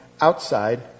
outside